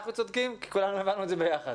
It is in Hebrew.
אנחנו צודקים, כי כולנו הבנו את זה יחד.